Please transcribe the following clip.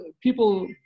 people